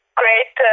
great